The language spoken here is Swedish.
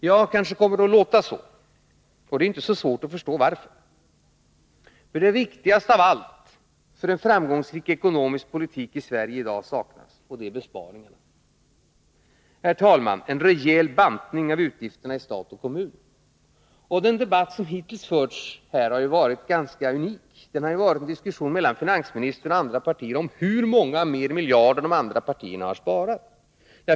Ja, kanske kommer det att låta så, och det är inte så svårt att förstå varför. Det viktigaste av allt för en framgångsrik ekonomisk politik i dagens Sverige saknas nämligen, och det är besparingar — en rejäl bantning av utgifterna i stat och kommun. Den debatt som hittills förts här har varit ganska unik. Det har varit en diskussion mellan finansministern och företrädare för andra partier om hur många fler miljarder de andra partierna har sparat.